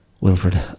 Wilfred